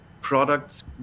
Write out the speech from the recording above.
products